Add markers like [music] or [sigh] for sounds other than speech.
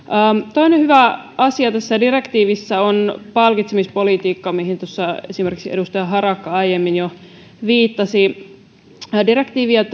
toinen hyvä asia tässä direktiivissä on palkitsemispolitiikka mihin tuossa esimerkiksi edustaja harakka aiemmin jo viittasi direktiivi ja [unintelligible]